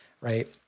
right